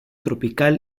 tropical